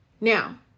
now